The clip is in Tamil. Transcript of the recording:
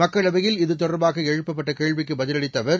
மக்களவையில் இத்தொடர்பாக எழுப்பப்பட்ட கேள்விக்கு பதிலளித்த அவர்